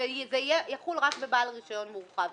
וזה יחול רק לבעל רישיון מורחב?